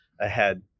ahead